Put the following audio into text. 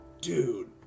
Dude